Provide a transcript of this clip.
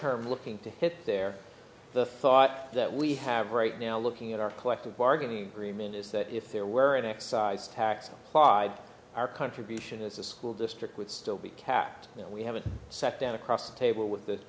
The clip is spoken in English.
term looking to hit there the thought that we have right now looking at our collective bargaining agreement is that if there were an excise tax on clyde our contribution as a school district would still be capped you know we haven't sat down across the table with the